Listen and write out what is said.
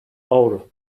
avro